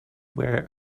where